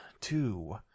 two